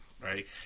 Right